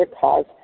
cause